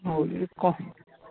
ହଉ ଇଏ କ